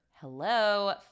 Hello